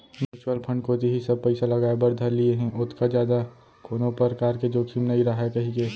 mutual fund कोती ही सब पइसा लगाय बर धर लिये हें ओतका जादा कोनो परकार के जोखिम नइ राहय कहिके